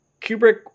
Kubrick